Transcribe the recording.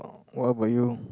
what about you